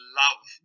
love